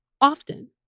Often